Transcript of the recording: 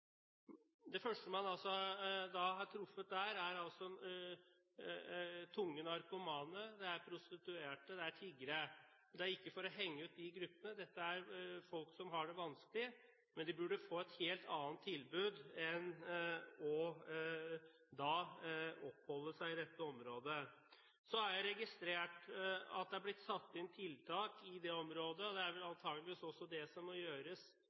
første man har truffet der, er tunge narkomane, prostituerte og tiggere. Det sier jeg ikke for å henge ut disse gruppene. Dette er folk som har det vanskelig, men de burde få et helt annet tilbud enn å oppholde seg i dette området. Så har jeg registrert at det har blitt satt inn tiltak i dette området, og det er vel antakeligvis også det som må gjøres